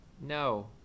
No